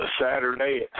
Saturday